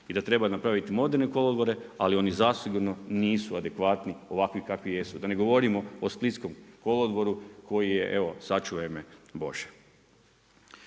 i da treba napraviti moderne kolodvore. Ali oni zasigurno nisu adekvatni ovakvi kakvi jesu, da ne govorimo o splitskom kolodvoru koji je evo sačuvaj me Bože.